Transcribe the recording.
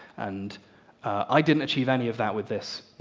and i didn't achieve any of that with this.